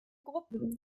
gruppen